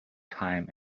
time